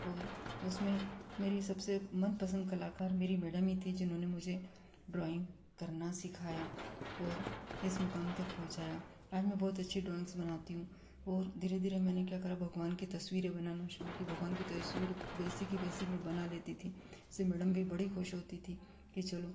वो उसमें मेरी सबसे मनपसंद कलाकार मेरी मैडम ही थीं जिन्होंने मुझे ड्राइंग करना सिखाया और इस मुकाम तक पहुँचाया आज मैं बहुत अच्छी ड्राइंग्स बनाती हूँ और धीरे धीरे मैंने क्या करा भगवान की तस्वीरें बनाना शुरू की भगवान की तस्वीर वैसी की वैसी मैं बना लेती थी उससे मैडम भी बड़ी खुश होती थीं की चलो